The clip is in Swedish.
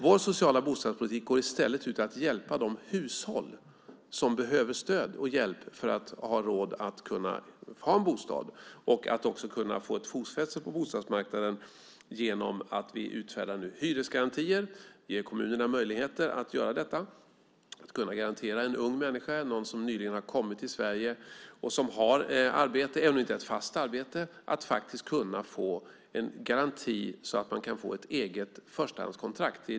Vår sociala bostadspolitik går i stället ut på att hjälpa de hushåll som behöver stöd och hjälp för att ha råd att ha en bostad och för att kunna få fotfäste på bostadsmarknaden. Det första är att vi ger kommunerna möjlighet att utfärda hyresgarantier. Människor som är unga eller nyligen har kommit till Sverige och som har arbete, men ännu inte fast arbete, får en garanti, så att de kan få egna förstahandskontrakt.